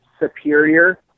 superior